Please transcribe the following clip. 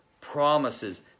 promises